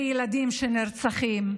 וילדים שנרצחים.